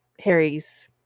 Harry's